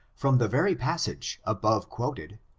from the very passage above quoted,